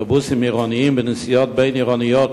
באוטובוסים עירוניים בנסיעות בין-עירוניות,